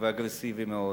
ואגרסיבי מאוד.